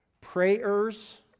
prayers